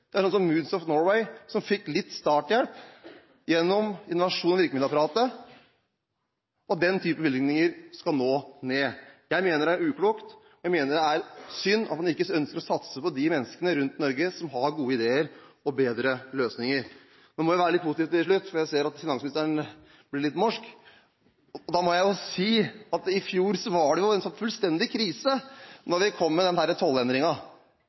er Moods of Norway, som fikk litt starthjelp gjennom innovasjonsvirkemiddelapparatet. Den type bevilgninger skal nå ned. Jeg mener det er uklokt, jeg mener det er synd at man ikke ønsker å satse på de menneskene rundt omkring i Norge som har gode ideer og bedre løsninger. Nå må jeg være litt positiv til slutt, for jeg ser at finansministeren blir litt morsk, og da må jeg si at i fjor var det jo fullstendig krise da vi kom med